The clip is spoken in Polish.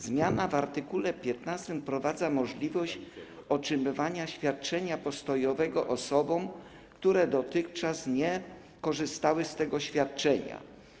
Zmiana w art. 15 wprowadza możliwość wypłacania świadczenia postojowego osobom, które dotychczas nie korzystały z tego świadczenia.